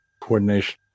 Coordination